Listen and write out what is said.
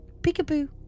peekaboo